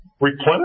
Replenish